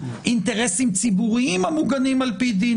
אינטרסים ציבוריים המוגנים על-פי דין